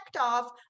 off